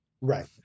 right